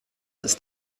ist